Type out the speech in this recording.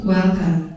Welcome